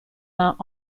not